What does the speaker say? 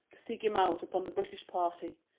seek him out upon the british party.